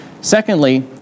Secondly